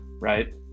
right